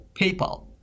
PayPal